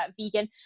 vegan